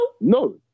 No